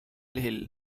hill